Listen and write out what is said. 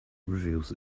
reveals